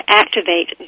activate